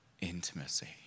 intimacy